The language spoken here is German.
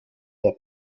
der